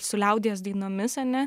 su liaudies dainomis ane